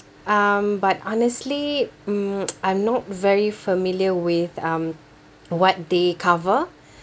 um but honestly mm I'm not very familiar with um what they cover